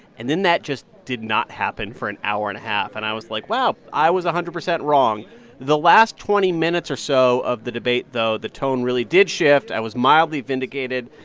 and then that just did not happen for an hour and a half. and i was like, wow, i was a hundred percent wrong the last twenty minutes or so of the debate, though, the tone really did shift. i was mildly vindicated.